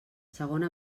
segona